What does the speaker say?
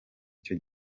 icyo